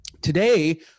today